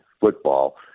football